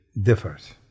differs